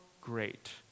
great